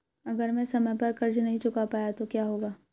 अगर मैं समय पर कर्ज़ नहीं चुका पाया तो क्या होगा?